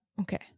Okay